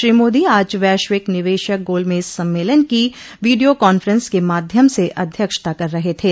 श्री मोदी आज वैश्विक निवेशक गोलमेज सम्मेलन की वीडियो कॉन्फ्रेंस के माध्यम से अध्यक्षता कर रहे थे